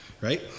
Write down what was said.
right